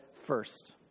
first